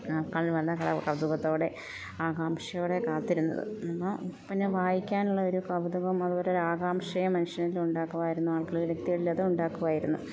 കൗതുകത്തോടെ ആകാംക്ഷയോടെ കാത്തിരുന്നത് ഇന്ന് പിന്നെ വായിക്കാനുള്ള ഒരു കൗതുകം അതുപോലൊരു ആകാംക്ഷയെ മനുഷ്യനിൽ ഉണ്ടാക്കുമായിരുന്നു ആളുകൾ വ്യക്തികളിലത് ഉണ്ടാക്കുമായിരുന്നു